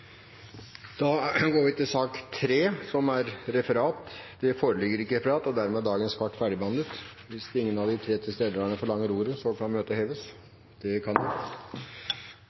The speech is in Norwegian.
sak nr. 2 ferdigbehandlet. Det foreligger ikke noe referat. Dermed er dagens kart ferdigbehandlet. Hvis ingen av de tre tilstedeværende forlanger ordet, kan møtet heves.